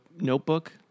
notebook